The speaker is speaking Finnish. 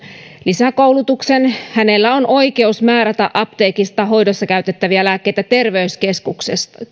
lisäkoulutuksen on oikeus määrätä apteekista hoidossa käytettäviä lääkkeitä terveyskeskuksessa